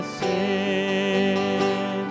sin